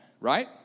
right